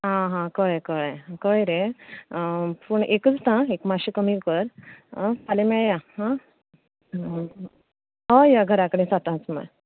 आं हां कळ्ळें कळ्ळें कळ्ळें रे पूण एकूच आं मात्शें कमी कर आं आनी फाल्यां मेळया आं हय हय घरा कडेन सातांक सुमार